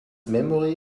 memory